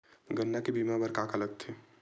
गन्ना के बीमा बर का का लगथे?